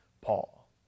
Paul